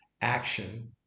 action